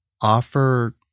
offer